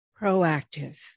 Proactive